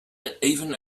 even